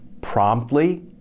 promptly